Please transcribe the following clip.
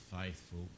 faithful